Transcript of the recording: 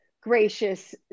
gracious